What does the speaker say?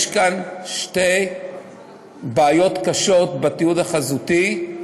יש כאן שתי בעיות קשות בתיעוד החזותי: